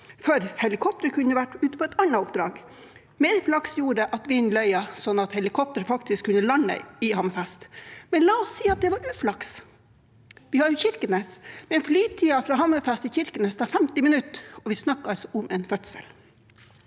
for helikopteret kunne vært ute på et annet oppdrag. Mer flaks gjorde at vinden løyet, sånn at helikopteret faktisk kunne lande i Hammerfest. Men la oss si at det var uflaks. Vi har jo Kirkenes, men flytiden fra Hammerfest til Kirkenes er 50 minutter, og vi snakker om en fødsel.